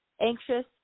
anxious